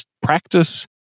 practice